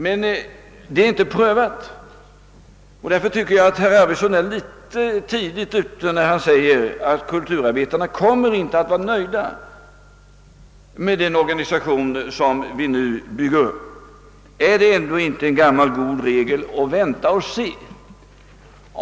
Men detta förslag är inte prövat och därför tycker jag att herr Arvidson är en smula för tidigt ute när han säger att kulturarbetarna inte kommer att vara nöjda med den organisation som vi nu bygger upp. Är det ändå inte en gammal god regel att vänta och se?